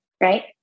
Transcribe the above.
right